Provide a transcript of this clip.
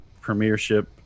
premiership